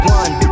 one